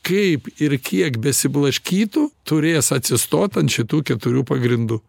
kaip ir kiek besiblaškytų turės atsistot ant šitų keturių pagrindų